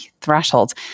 thresholds